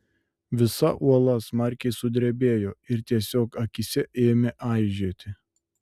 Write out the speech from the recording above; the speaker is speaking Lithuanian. visa uola smarkiai sudrebėjo ir tiesiog akyse ėmė aižėti